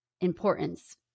importance